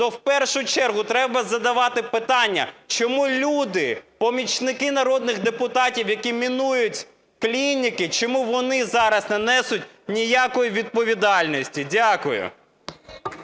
то в першу чергу треба задавати питання: чому люди - помічники народних депутатів, які мінують клініки, чому вони зараз не несуть ніякої відповідальності? Дякую.